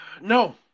No